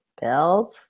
build